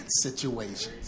situations